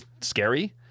scary